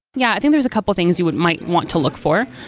yeah. i think there's a couple things you would might want to look for.